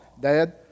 Dad